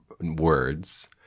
words